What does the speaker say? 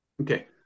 Okay